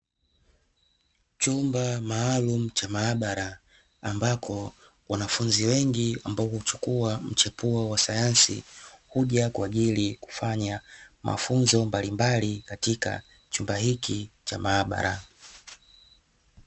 Chumba maalumu cha maabara, ambako wanafunzi wengi ambao huchukua mchepuo wa sayanasi, huja kwa ajili ya kufanya mafunzo mbalimbali katika chumba hiki cha maabara.